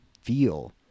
feel